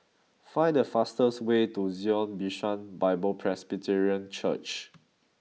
find the fastest way to Zion Bishan Bible Presbyterian Church